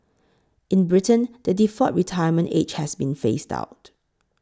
in Britain the default retirement age has been phased out